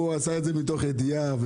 הוא עשה את זה מתוך ידיעה.